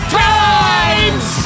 times